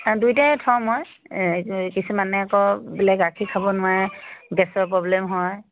দুয়োটাই থওঁ মই কিছুমানে আকৌ বোলে গাখীৰ খাব নোৱাৰে গেছৰ প্ৰব্লেম হয়